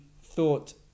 thought